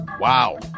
Wow